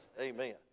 Amen